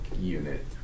unit